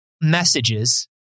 messages